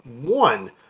one